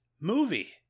movie